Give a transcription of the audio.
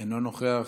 אינו נוכח,